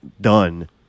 done